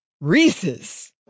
Reese's